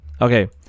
Okay